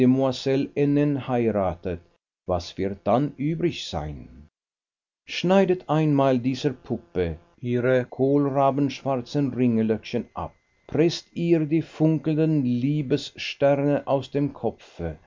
heiratet was wird dann übrig sein schneidet einmal dieser puppe ihre kohlrabenschwarzen ringellöckchen ab preßt ihr die funkelnden liebessterne aus dem kopfe